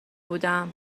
بودم